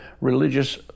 religious